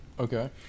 Okay